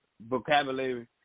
vocabulary